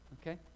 okay